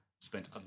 spent